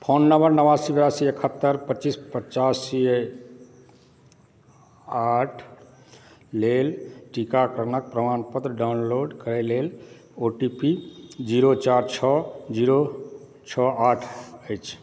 phone number नबासी बेरासी एकहत्तरि पच्चीस पचासी आठ लेल टीकाकरणक प्रमाण पत्र डाउनलोड करय लेल ओ टी पी जीरो चारि छओ जीरो छओ आठ अछि